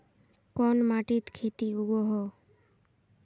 कोन माटित खेती उगोहो?